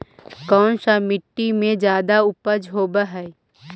कोन सा मिट्टी मे ज्यादा उपज होबहय?